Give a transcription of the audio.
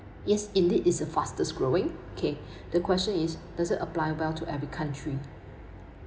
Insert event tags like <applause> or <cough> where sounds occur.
yes indeed it's a fastest growing okay <breath> the question is does it apply well to every country